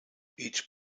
each